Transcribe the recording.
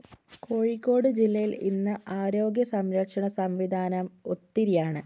കോഴിക്കോട് ജില്ലയിൽ ഇന്ന് ആരോഗ്യ സംരക്ഷണ സംവിധാനം ഒത്തിരി ആണ്